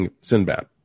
Sinbad